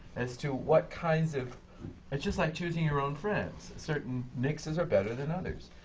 as to what kinds of it's just like choosing your own friends. certain mixes are better than others.